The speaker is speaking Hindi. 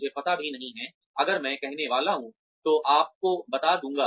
मुझे पता भी नहीं है अगर मैं कहने वाला हूँ तो आपको बता दूँगा